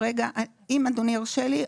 אם אדוני ירשה לי,